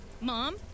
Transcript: mom